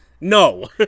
no